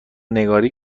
نگاری